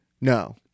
no